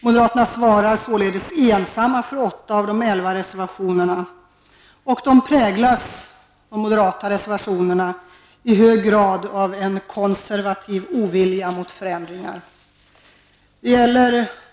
Moderaterna svarar ensamma för 8 av de 11 reservationerna, och de moderata reservationerna präglas i hög grad av en konservativ ovilja mot förändringar.